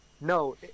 No